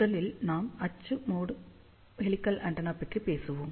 முதலில் நாம் அச்சு மோட் ஹெலிகல் ஆண்டெனா பற்றி பேசுவோம்